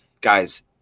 guys